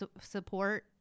support